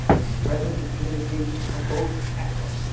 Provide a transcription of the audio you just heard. his presence of communication are both excellent.